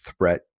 threat